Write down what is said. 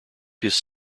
his